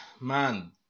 man